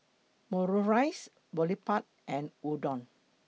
Omurice Boribap and Udon